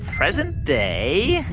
present day